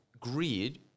grid